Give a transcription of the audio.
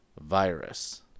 virus